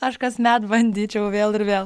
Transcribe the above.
aš kasmet bandyčiau vėl ir vėl